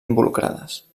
involucrades